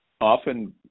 often